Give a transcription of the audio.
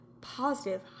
positive